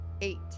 Eight